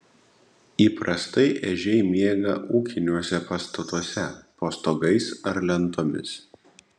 įprastai ežiai miega ūkiniuose pastatuose po stogais ar lentomis